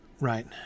right